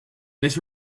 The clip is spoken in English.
this